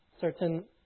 certain